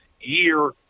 year